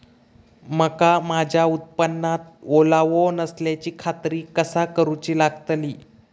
मका माझ्या उत्पादनात ओलावो नसल्याची खात्री कसा करुची लागतली?